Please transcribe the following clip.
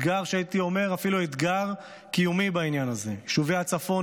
והייתי אומר אפילו אתגר קיומי בעניין הזה: יישובי הצפון